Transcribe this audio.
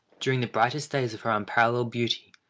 during the brightest days of her unparalleled beauty,